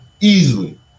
easily